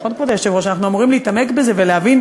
נכון,